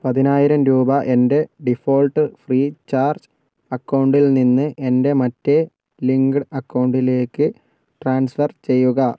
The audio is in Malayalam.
പതിനായിരം രൂപ എൻ്റെ ഡിഫോൾട്ട് ഫ്രീ ചാർജ് അക്കൗണ്ടിൽ നിന്ന് എൻ്റെ മറ്റേ ലിങ്ക്ഡ് അക്കൗണ്ടിലേക്ക് ട്രാൻസ്ഫർ ചെയ്യുക